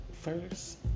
First